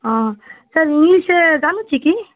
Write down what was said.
ହଁ sir English ଯାନୁଛି କି